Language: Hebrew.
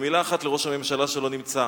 ומלה אחת לראש הממשלה, שלא נמצא.